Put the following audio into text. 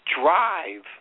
Drive